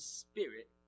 spirit